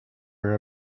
her